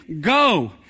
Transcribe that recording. Go